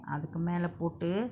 அதுக்கு மேல போட்டு:athuku mela potu